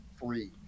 free